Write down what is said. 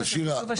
הבוכהלטריה.